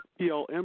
PLM